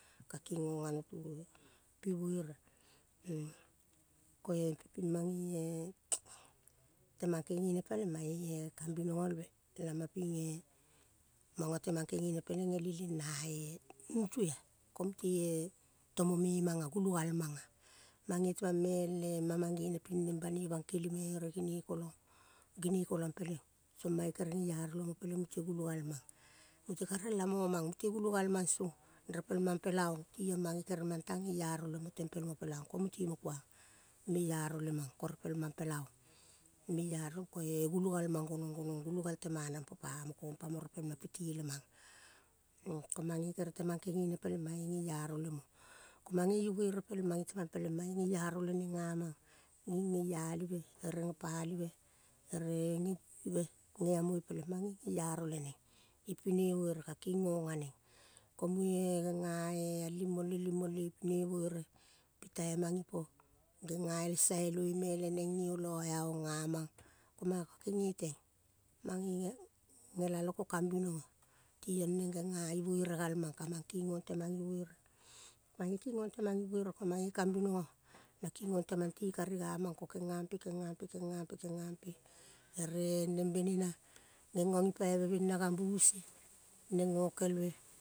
Ka ging gong ano pi buere ko-e pe ping mange e temang kege ne peleng mange kam bino golve lama ping eh. Mango temang kegene peleng el ileng na eh nutu ah, ko mute eh. Tomo me mang ah. gulo gal mang ah. Mange el ema. Mang gene ping neng banoi bang kele me ere gene kolong, gene kolong peleng. Song mange kere geiaro lemo peleng mute gulogal mang ka, kingong ah no pi buere, ko-e mange-eh. Temang kegene peleng mange-eh. Temang kegene peleng mange eh kambinogolve lama ping.-eh. Mango temang kegene peleng el ileng na-e nut ah-ko mute. Eh. Tomo memang ah. Gulogal mang ah. mange temang me el ma mangene, ping neng banoi bang kele me, ere gene kolong, gene kolong peleng, song mange kere geiaro lemo peleng mute gulo gal mange mute ka relamo mang, mute gulang mang song, repel. Repel mang pela ong. Tiong mange kere mang tang, geiaro lemo tempel mo pela ong. Ro mute mo ruang meiaro lemang ko repel mang pela ong. Meiaro ko-e gulogol mang gonong gonong, gulogal temana pe pamo pamo repel ma pitele mang. Ro mange rere temang kegene peleng mange geiaro lemo, ko mange ibuere peleng mange temang peleng mange geiaro leneng gamang, ging geialive ere gepalive ere geguve, geamoi peleng mange geiaro leneng ipine buere ka kingong aneng, ko-muge-eh genga-eh. El limole limole ipine buere pitai mang ipo genga el sailoi me leneng gioloa aong gamang ko mango ka gege teng. Mange-eh gelalo, kokambinogo tiong muge genga ibuere gal mang ka mange kigong teman ibuere. Reange kigong temang ibuere ko mange kambinogo na kigong temang ti kari gamang. Ko keng pe kenga pe, kenga pe, kenga pe, ere neng benina, gengo gipaiva bena gambu sie neng gokel ve.